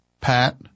Pat